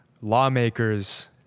lawmakers